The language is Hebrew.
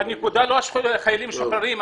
הנקודה, לא חיילים משוחררים.